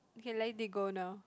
can lady go now